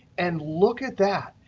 and look at that.